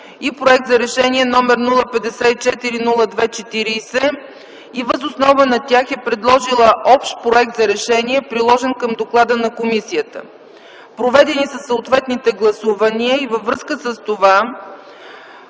и Проект за решение № 054-02-40 въз основа на тях е предложила общ проект за решение, приложен към доклада на комисията. Проведени са съответните гласувания и във връзка с това